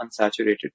unsaturated